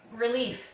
relief